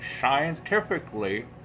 scientifically